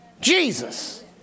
Jesus